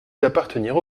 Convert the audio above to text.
d’appartenir